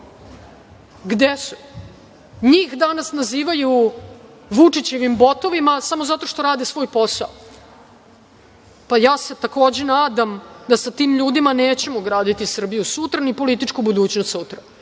Gde su? Njih danas nazivaju Vučićevim botovima samo zato što rade svoj posao. Ja se, takođe, nadam da sa tim ljudima nećemo graditi Srbiju sutra, ni političku budućnost sutra,